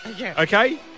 Okay